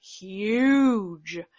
huge